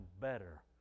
better